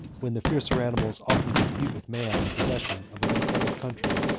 when the fiercer animals often dispute with man the possession of an unsettled country,